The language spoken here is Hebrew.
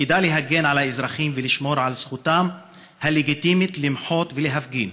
תפקידה להגן על האזרחים ולשמור על זכותם הלגיטימית למחות ולהפגין,